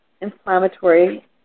inflammatory